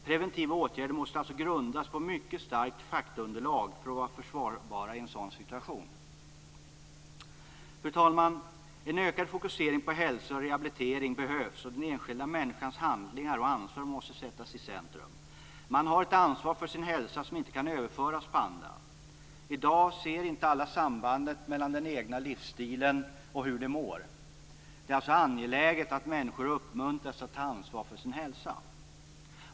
Preventiva åtgärder måste alltså grundas på mycket starkt faktaunderlag för att vara försvarbara i en sådan situation. Fru talman! En ökad fokusering på hälsa och rehabilitering behövs, och den enskilda människans handlingar och ansvar måste sättas i centrum. Man har ett ansvar för sin hälsa som inte kan överföras på andra. I dag ser inte alla sambandet mellan den egna livsstilen och hur man själv mår. Det är därför angeläget att människor uppmuntras att ta ansvar för sin hälsa.